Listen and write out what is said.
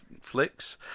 flicks